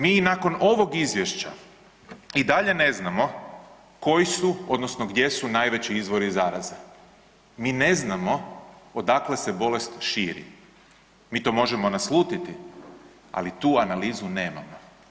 Mi i nakon ovog izvješća i dalje ne znamo koji su odnosno gdje su najveći izvori zaraze, mi ne znamo odakle se bolest širi, mi to možemo naslutiti, ali tu analizu nemamo.